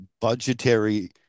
budgetary